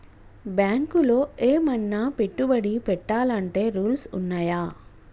బ్యాంకులో ఏమన్నా పెట్టుబడి పెట్టాలంటే రూల్స్ ఉన్నయా?